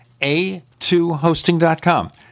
A2hosting.com